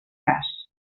gas